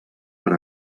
per